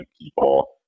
people